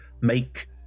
make